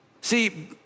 See